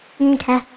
Okay